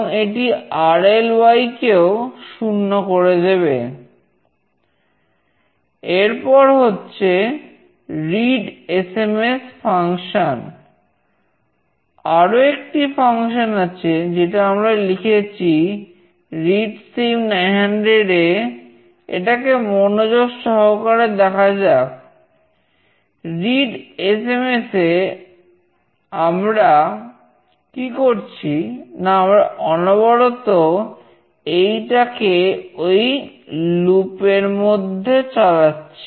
এরপর হচ্ছে readsms function টার মধ্যে চালাচ্ছি